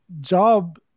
job